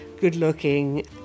good-looking